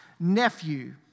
nephew